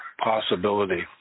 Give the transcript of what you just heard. possibility